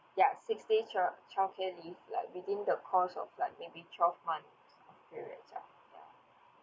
ya six day child~ childcare leave like within the course of like maybe twelve months period ah ya